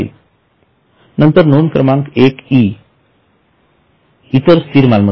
नंतर नोंद क्रमांक 1 ई इतर स्थिर मालमत्ता